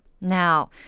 Now